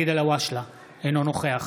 אינו נוכח